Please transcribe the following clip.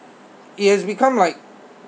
it has become like